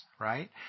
right